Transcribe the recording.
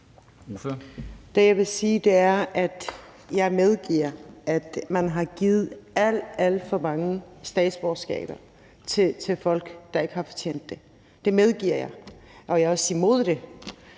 jeg vil sige, er, at jeg medgiver, at man har givet alt, alt for mange statsborgerskaber til folk, der ikke har fortjent det. Det medgiver jeg. Og jeg er også imod det.